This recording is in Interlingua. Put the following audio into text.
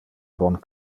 bon